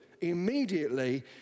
immediately